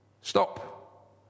Stop